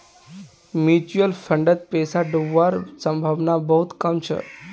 mutual फंडत पैसा डूबवार संभावना बहुत कम छ